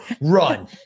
run